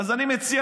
אז בוא אני אספר